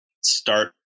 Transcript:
start